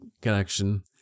connection